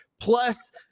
plus